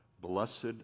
Blessed